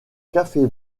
café